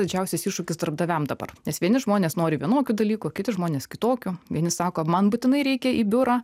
didžiausias iššūkis darbdaviam dabar nes vieni žmonės nori vienokių dalykų kiti žmonės kitokių vieni sako man būtinai reikia į biurą